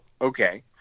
okay